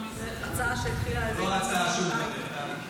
הצעה שהביאה --- זו לא ההצעה שהוא מדבר עליה.